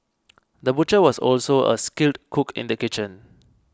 the butcher was also a skilled cook in the kitchen